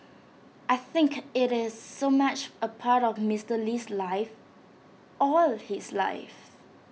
I think IT is so much A part of Mister Lee's life all his life